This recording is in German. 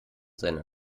seiner